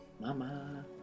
Mama